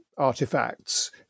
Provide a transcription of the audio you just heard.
artifacts